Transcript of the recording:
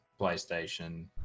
PlayStation